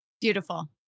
Beautiful